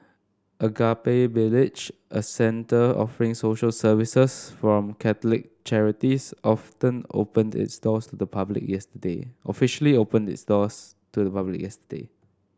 Agape Village a centre offering social services from catholic charities often opened its doors to the public yesterday officially opened its doors to public yesterday